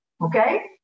okay